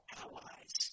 allies